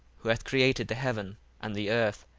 who hath created the heaven and the earth,